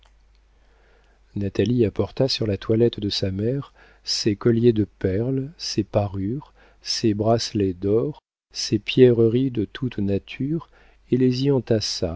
natalie apporta sur la toilette de sa mère ses colliers de perles ses parures ses bracelets d'or ses pierreries de toute nature et les y